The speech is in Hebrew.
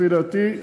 לפי דעתי,